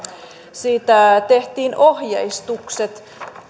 siitä tehtiin ohjeistukset